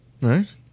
Right